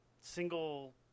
single